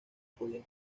podían